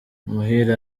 muhire